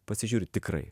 pasižiūri tikrai